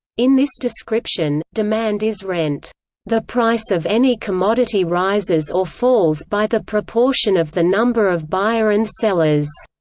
in this description, demand is rent the price of any commodity rises or falls by the proportion of the number of buyer and sellers